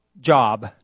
Job